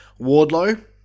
Wardlow